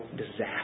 disaster